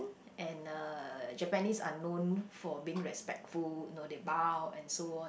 and uh Japanese are known for being respectful you know they bow and so on